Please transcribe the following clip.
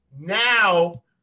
Now